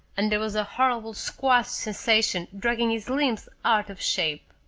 and there was a horrible squashed sensation dragging his limbs out of shape.